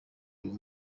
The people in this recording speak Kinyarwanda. uyu